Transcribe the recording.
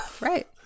Right